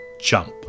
jump